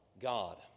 God